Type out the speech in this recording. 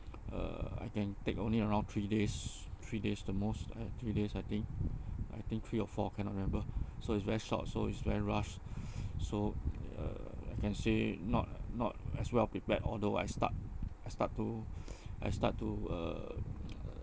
uh I can take only around three days three days the most uh three days I think I think three or four I cannot remember so it's very short so it's very rush so uh I can say not not as well prepared although I start I start to I start to uh